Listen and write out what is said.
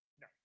No